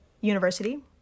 university